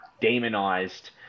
demonized